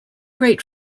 great